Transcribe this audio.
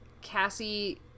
Cassie